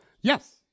Yes